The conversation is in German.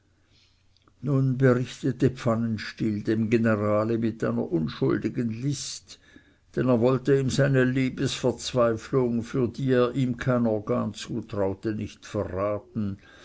nun berichtete pfannenstiel dem generale mit einer unschuldigen list denn er wollte ihm seine liebesverzweiflung für die er ihm kein organ zutraute nicht verraten